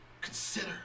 Consider